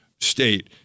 state